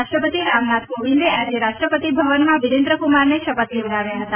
રાષ્ટ્રપતિ રામનાથ કોવિંદ આજે રાષ્ટ્રપતિ ભવનમાં વિરેન્દ્રકુમારને શપથ લેવડાવ્યા હતા